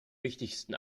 wichtigsten